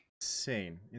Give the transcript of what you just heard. Insane